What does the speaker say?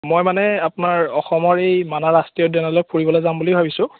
মই মানে আপোনাৰ অসমৰ এই মানাহ ৰাষ্ট্ৰীয় উদ্যানলৈ ফুৰিবলৈ যাম বুলি ভাবিছোঁ